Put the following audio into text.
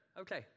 okay